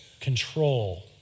control